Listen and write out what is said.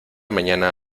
mañana